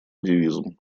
девизом